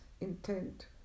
intent